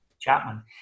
Chapman